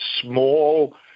small